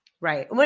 Right